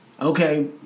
Okay